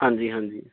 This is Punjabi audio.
ਹਾਂਜੀ ਹਾਂਜੀ